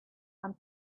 and